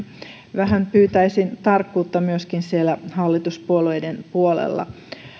vähän pyytäisin tarkkuutta myöskin siellä hallituspuolueiden puolella